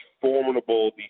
formidable